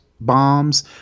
Bombs